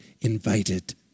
invited